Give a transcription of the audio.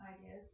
Ideas